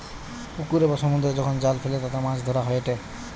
পুকুরে বা সমুদ্রে যখন জাল ফেলে তাতে মাছ ধরা হয়েটে